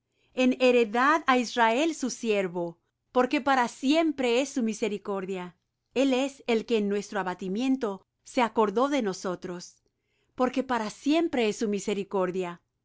en heredad á israel su siervo porque para siempre es su misericordia el es el que en nuestro abatimiento se acordó de nosotros porque para siempre es su misericordia